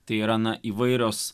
tai yra įvairios